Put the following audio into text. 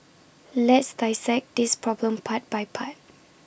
let's dissect this problem part by part